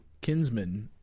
kinsman